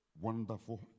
Wonderful